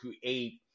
create